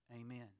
Amen